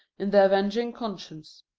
in the avenging conscience.